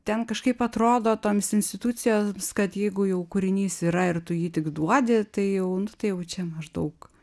ten kažkaip atrodo toms institucijoms kad jeigu jau kūrinys yra ir tu jį tik duodi tai jau nu tai jau čia maždaug